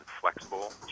flexible